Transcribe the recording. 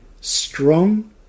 strong